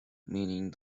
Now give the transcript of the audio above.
meaning